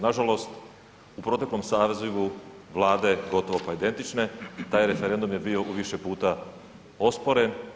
Nažalost u proteklom sazivu Vlade gotovo pa identične taj referendum je bio u više puta osporen.